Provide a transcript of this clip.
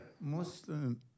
Muslim